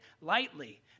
lightly